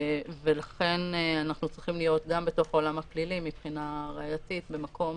ולכן אנחנו צריכים להיות בעולם הפלילי גם מבחינה ראייתית במקום